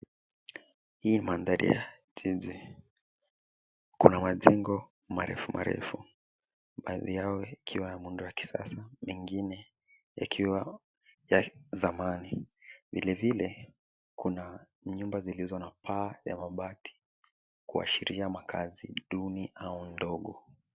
Hii ni mandhari ya jiji. Kuna majengo marefu marefu baadhi yao yakiwa na muundo wa kisasa mengine yakiwa ya zamani. Vilevile kuna nyumba zilizo na paa ya mabati kuashiria makaazi duni au ndogo.